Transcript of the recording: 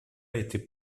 était